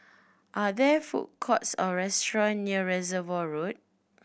are there food courts or restaurant near Reservoir Road